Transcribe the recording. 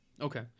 Okay